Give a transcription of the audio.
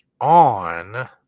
on